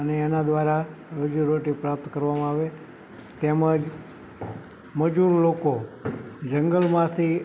અને એના દ્વારા રોજીરોટી પ્રાપ્ત કરવામાં આવે તેમજ મજૂર લોકો જંગલમાંથી